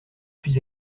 plus